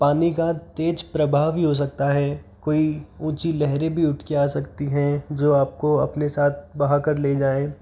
पानी का तेज प्रवाह भी हो सकता है कोई ऊँची लहरें भी उठ के आ सकती हैं जो आप को अपने साथ बहा कर ले जाए